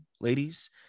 ladies